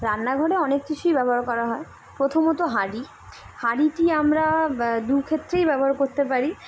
রান্নাঘরে অনেক কিছুই ব্যবহার করা হয় প্রথমত হাঁড়ি হাঁড়িটি আমরা দুক্ষেত্রেই ব্যবহার করতেে পারি